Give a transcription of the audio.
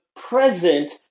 present